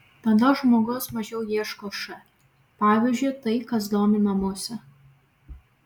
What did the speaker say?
tada žmogus mažiau ieško š pavyzdžiui tai kas domina musę